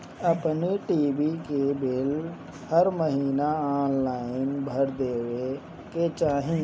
अपनी टी.वी के बिल हर महिना ऑनलाइन भर देवे के चाही